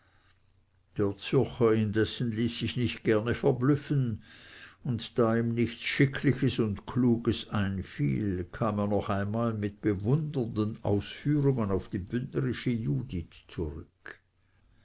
ließ sich nicht gerne verblüffen und da ihm nichts schickliches und kluges einfiel kam er noch einmal mit bewundernden ausführungen auf die bündnerische judith zurück